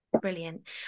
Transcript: Brilliant